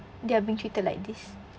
they are being treated like this